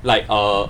like uh